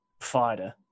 fighter